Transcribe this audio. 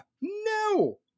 No